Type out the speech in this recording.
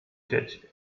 dzieci